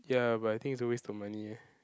ya but I think is a waste of money eh